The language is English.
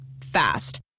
Fast